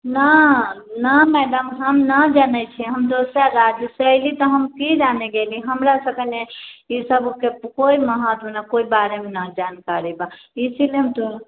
नहि नहि मैडम हम नहि जानै छिए हम दोसर राज्यसँ अएली तऽ हम की जानै गेली हमरा सबके नहि ई सबके कोइ महत्व नहि कोइ बारेमे नहि जानकारी बा इसीलिए हम तो